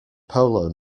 polo